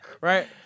Right